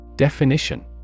Definition